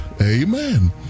amen